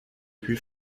puis